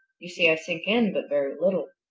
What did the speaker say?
you see i sink in but very little.